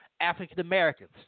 African-Americans